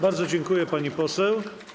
Bardzo dziękuję, pani poseł.